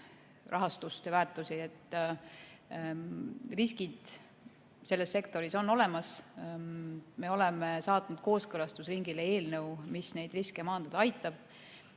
krüptorahastust ja ‑väärtusi. Riskid selles sektoris on olemas. Me oleme saatnud kooskõlastusringile eelnõu, mis neid riske maandada aitab.